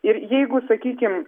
ir jeigu sakykim